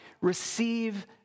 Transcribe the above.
receive